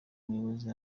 muyobozi